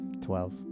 Twelve